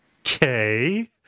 okay